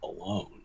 alone